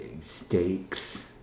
steaks